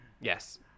Yes